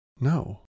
No